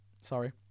Sorry